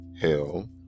hell